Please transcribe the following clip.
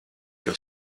your